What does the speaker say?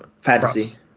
fantasy